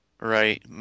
Right